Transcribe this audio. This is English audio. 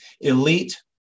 elite